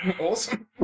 awesome